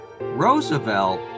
Roosevelt